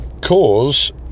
Cause